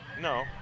no